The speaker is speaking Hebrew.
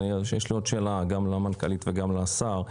יש לי עוד שאלה גם למנכ"לית וגם לשר.